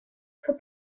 for